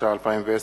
התש"ע 2010,